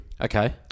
Okay